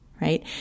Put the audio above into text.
right